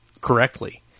correctly